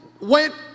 went